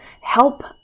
help